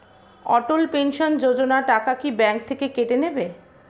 অটল pension Yojana টাকা কি bank থেকে কেটে নেবে?